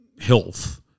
health